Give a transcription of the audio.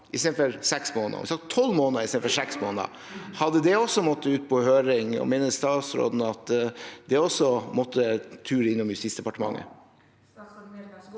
istedenfor seks måneder, hadde det også måttet ut på høring – og mener statsråden at det også hadde måttet en tur innom Justisdepartementet?